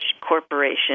corporation